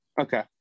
Okay